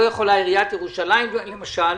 לא יכולה עיריית ירושלים למשל,